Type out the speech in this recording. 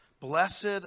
Blessed